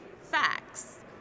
facts